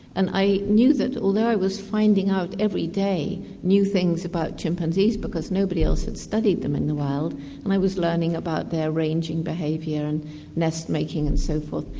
and i knew that although i was finding out every day new things about chimpanzees because nobody else had studied them in the wild and i was learning about their ranging behaviour and nest-making and so forth,